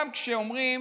גם כשאומרים: